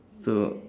so